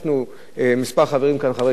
כמה חברי כנסת, הצעת חוק